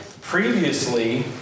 previously